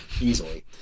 easily